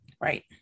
right